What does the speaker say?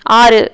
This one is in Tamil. ஆறு